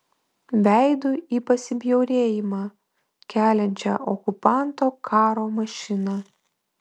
veidu į pasibjaurėjimą keliančią okupanto karo mašiną